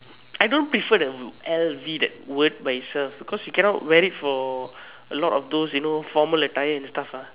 I don't prefer the L_V the word by itself because you cannot wear it for a lot of those you know formal attire and stuff ah